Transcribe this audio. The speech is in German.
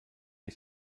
die